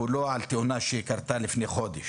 שהוא לא על תאונה שקרתה לפני חודש